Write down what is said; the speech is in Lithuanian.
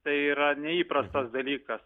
tai yra neįprastas dalykas